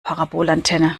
parabolantenne